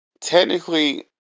technically